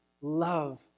love